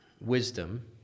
wisdom